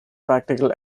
practical